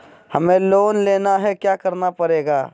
हमें लोन लेना है क्या क्या करना पड़ेगा?